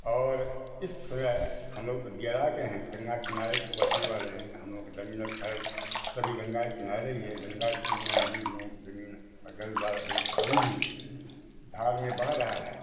और इस समय हम लोग तो जेरा के हैं गंगा के किनारे बसने वाले हैं हम लोग के ज़मीन और घर सभी गंगा के किनारे ही है गंगा में ही हम लोगों की ज़मीन घल बार अभी अभी भी धार में बह रही है